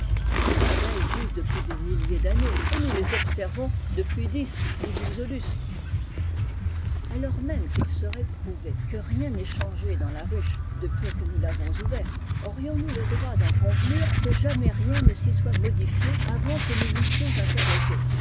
les abeilles vivent depuis des milliers d'années et nous les obser depuis dix ou douze lustres alors même serait prouvé que rien n'ait changé dans la e depuis que nous l'avons ouverte aurionsle droit d'en conclure que jamais rien ne s'y soit modifié avant que nous l'eussions interrogée